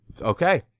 okay